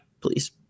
please